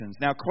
Now